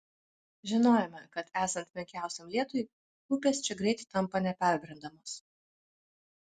žinojome kad esant menkiausiam lietui upės čia greit tampa neperbrendamos